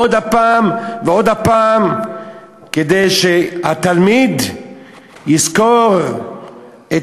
עוד פעם ועוד פעם כדי שהתלמיד יזכור את